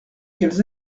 qu’elles